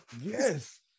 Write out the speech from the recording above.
yes